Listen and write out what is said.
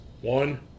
One